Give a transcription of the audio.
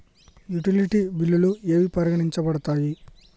Utility బిల్లులు ఏవి పరిగణించబడతాయి?